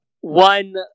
one